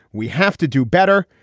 we have to do better.